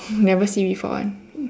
never see before [one]